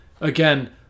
again